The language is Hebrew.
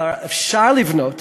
אבל אפשר לבנות